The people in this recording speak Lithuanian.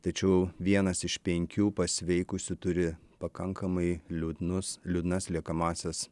tačiau vienas iš penkių pasveikusių turi pakankamai liūdnus liūdnas liekamąsias